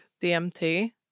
DMT